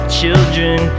children